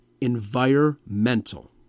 Environmental